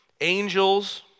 angels